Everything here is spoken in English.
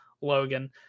Logan